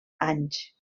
anys